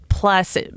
Plus